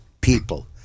people